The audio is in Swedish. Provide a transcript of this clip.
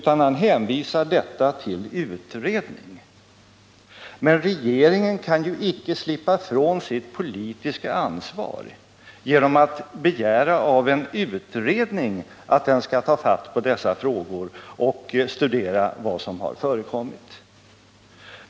Han hänvisar detta till utredning. Men regeringen kan ju icke slippa ifrån sitt politiska ansvar genom att begära av en utredning att den skall studera vad som har förekommit.